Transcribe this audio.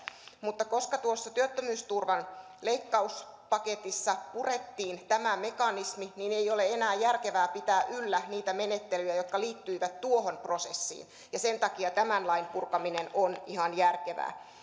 mutta koska tuossa työttömyysturvan leikkauspaketissa purettiin tämä mekanismi niin ei ole enää järkevää pitää yllä niitä menettelyjä jotka liittyivät tuohon prosessiin ja sen takia tämän lain purkaminen on ihan järkevää